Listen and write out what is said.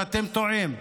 ואתם טועים.